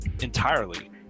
entirely